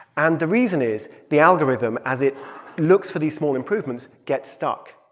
and the reason is the algorithm, as it looks for these small improvements, gets stuck.